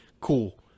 cool